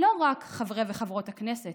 לא רק לחברי וחברות הכנסת,